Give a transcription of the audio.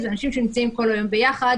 זה אנשים שנמצאים כל היום ביחד.